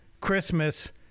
Christmas